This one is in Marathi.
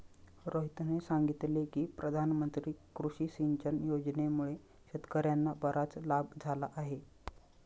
रोहितने सांगितले की प्रधानमंत्री कृषी सिंचन योजनेमुळे शेतकर्यांना बराच लाभ झाला आहे